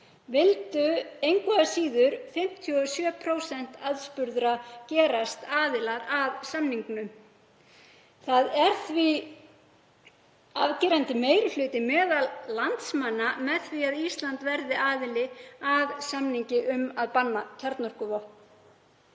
vildu engu að síður 57% aðspurðra gerast aðilar að samningnum. Það er því afgerandi meiri hluti landsmanna með því að Ísland verði aðili að samningi um að banna kjarnorkuvopn.